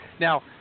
Now